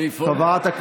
איפה?